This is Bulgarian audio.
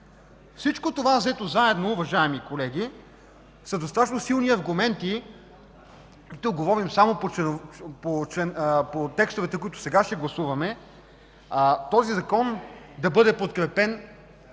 Всичко това взето заедно, уважаеми колеги, са достатъчно силни аргументи – тук говорим само по текстовете, които сега ще гласуваме – този Закон да бъде подкрепен,